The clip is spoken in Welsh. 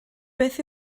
beth